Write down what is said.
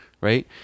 right